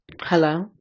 Hello